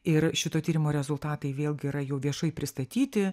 ir šito tyrimo rezultatai vėlgi yra jau viešai pristatyti